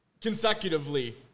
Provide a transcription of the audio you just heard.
consecutively